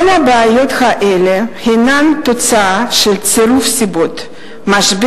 כל הבעיות האלה הינן תוצאה של צירוף סיבות, משבר